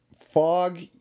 Fog